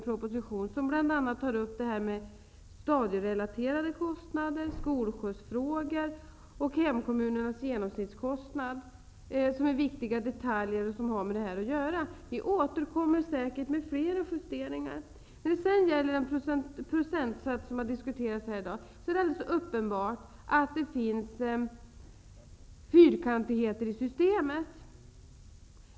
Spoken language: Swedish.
Proposition som tar upp bl.a. stadierelaterade kostnader, skolskjutsfrågor och hemkommunernas genomsnittskostnad, som är viktiga detaljer och har med det här att göra, har lagts fram på riksdagens bord. Vi återkommer säkert med fler justeringar. När det gäller den procentsats som har diskuterats här i dag är det helt uppenbart att det finns fyrkantigheter i systemet.